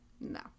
No